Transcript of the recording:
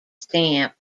stamp